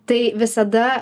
tai visada